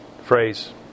phrase